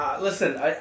Listen